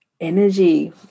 energy